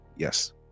yes